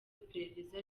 iperereza